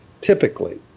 typically